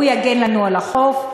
והוא יגן לנו על החוף,